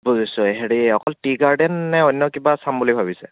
বুজিছোঁ হেৰি অকল টি গাৰ্ডেন নে অন্য কিবা চাম বুলি ভাবিছে